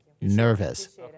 nervous